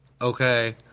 okay